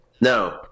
No